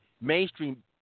mainstream